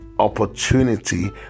opportunity